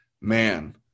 man